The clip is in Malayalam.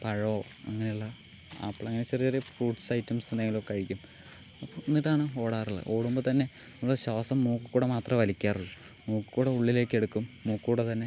പഴമോ അങ്ങനെയുള്ള ആപ്പിൾ അങ്ങനെ ചെറിയ ചെറിയ ഫ്രൂട്ട്സ് ഐറ്റംസ് എന്തെങ്കിലും ഒക്കെ കഴിക്കും എന്നിട്ടാണ് ഓടാറുള്ളത് ഓടുമ്പോൾ തന്നെ നമ്മൾ ശ്വാസം മൂക്കിൽക്കൂടി മാത്രമേ വലിക്കാറുള്ളൂ മൂക്കിൽക്കൂടി ഉള്ളിലേക്കെടുക്കും മൂക്കിൽക്കൂടി തന്നെ